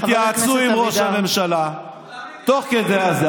התייעצו עם ראש הממשלה תוך כדי זה,